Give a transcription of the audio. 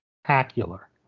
spectacular